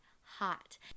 hot